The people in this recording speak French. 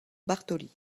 bartoli